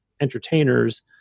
entertainers